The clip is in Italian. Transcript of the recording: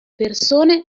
persone